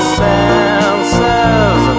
senses